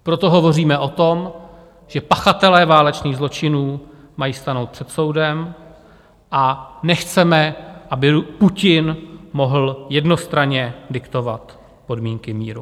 Proto hovoříme o tom, že pachatelé válečných zločinů mají stanout před soudem, a nechceme, aby Putin mohl jednostranně diktovat podmínky míru.